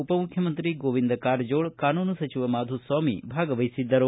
ಉಪಮುಖ್ಯಮಂತ್ರಿ ಗೋವಿಂದ ಕಾರಜೋಳ ಕಾನೂನು ಸಚಿವ ಮಾಧುಸ್ವಾಮಿ ಭಾಗವಹಿಸಿದ್ದರು